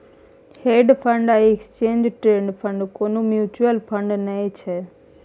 hedge fund आ exchange traded fund कुनु mutual fund नै छै